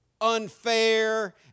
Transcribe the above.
unfair